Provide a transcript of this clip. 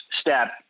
step